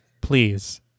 Please